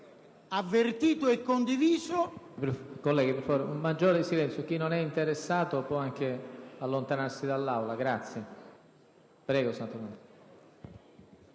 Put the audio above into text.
avvertito e condiviso...